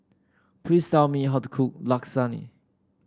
please tell me how to cook Lasagne